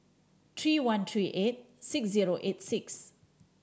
three one three eight six zero eight six